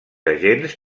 agents